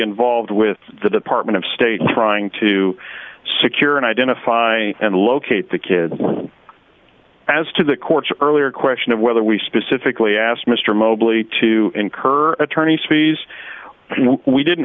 involved with the department of state trying to secure and identify and locate the kids as to the court's earlier question of whether we specifically asked mr mobley to incur attorney's fees